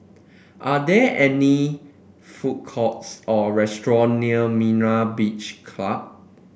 are there any food courts or restaurant near Myra Beach Club